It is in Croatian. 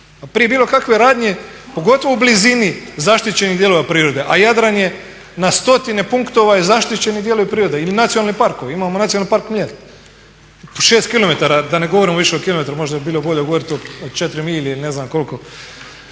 prije bilo kakve radnje pogotovo u blizini zaštićenih dijelova prirode, a Jadran je na stotine punktova i zaštiteni dijelovi prirode ili nacionalni parkovi. Imamo Nacionalni park Mljet, po šest kilometara da ne govorimo više o kilometrima, možda bi bilo bolje govoriti o četiri milje ili ne znam koliko.